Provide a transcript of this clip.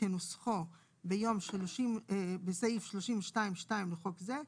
כנוסחו בסעיף 32(2) לחוק זה,